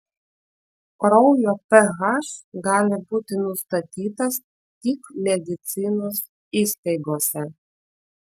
kraujo ph gali būti nustatytas tik medicinos įstaigose